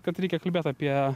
kad reikia kalbėt apie